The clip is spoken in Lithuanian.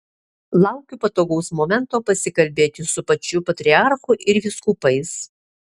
laukiau patogaus momento pasikalbėti su pačiu patriarchu ir vyskupais